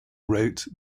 wrote